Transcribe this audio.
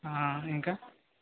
ఆ ఇంకా